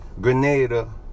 Grenada